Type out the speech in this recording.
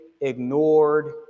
ignored